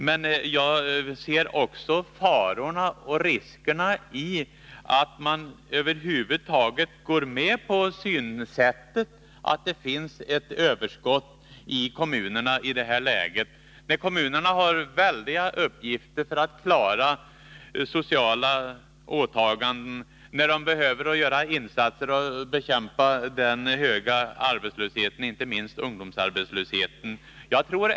Men jag ser också farorna och riskerna i att man över huvud ansluter sig till synsättet att det finns ett överskott i kommunerna, när de har väldiga uppgifter att klara sociala åtaganden och när de behöver göra insatser för att bekämpa den höga arbetslösheten, inte minst ungdomsarbetslösheten.